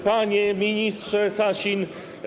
Panie Ministrze Sasin!